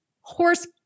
horse